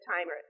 timer